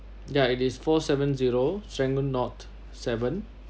ya it's four seven zero serangoon not seven